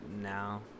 now